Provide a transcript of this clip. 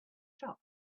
shop